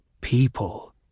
People